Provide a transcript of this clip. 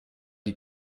die